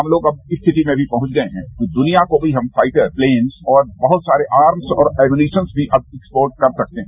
हमलोग अब इस स्थिति में भी पहुंच गये हैं कि दुनिया को भी हम फाइटर प्लेन्सऔर बहुत सारे आर्मस और एम्पूनिशन्स भी अब एक्सपोर्ट कर सकते हैं